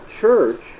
church